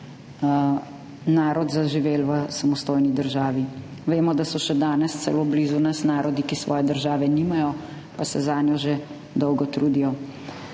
narod zaživeli v samostojni državi. Vemo, da so še danes celo blizu nas narodi, ki svoje države nimajo, pa se zanjo že dolgo trudijo.